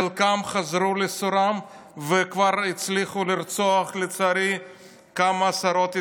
חלקם חזרו לסורם וכבר הצליחו לרצוח לצערי כמה עשרות ישראלים.